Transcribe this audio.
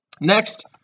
Next